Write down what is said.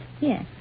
Yes